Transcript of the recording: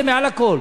זה מעל לכול.